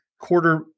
quarter